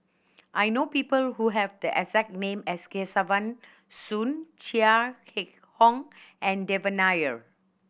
I know people who have the exact name as Kesavan Soon Chia Keng Hock and Devan Nair